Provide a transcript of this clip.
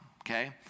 Okay